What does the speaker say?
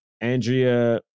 Andrea